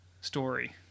story